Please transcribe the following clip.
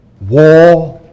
war